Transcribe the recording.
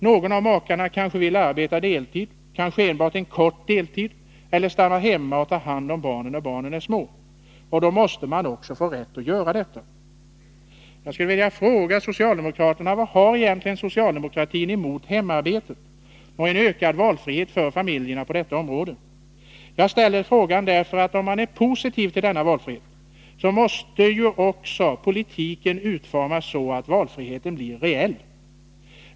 Någon av makarna kan vilja arbeta på deltid, kanske enbart en kort deltid, eller också stanna hemma och ta hand om barnen när de är små. Då måste man också få rätt att göra detta. Jag skulle vilja fråga: Vad har egentligen socialdemokraterna emot hemarbetet och en ökad valfrihet för familjerna på detta område? Jag ställer frågan därför att om man är positiv till denna valfrihet, så måste ju också politiken utformas så att valfriheten blir reell.